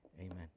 Amen